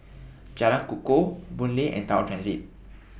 Jalan Kukoh Boon Lay and Tower Transit